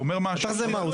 הוא אומר משהו שזה מהותי.